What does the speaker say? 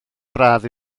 braf